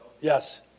yes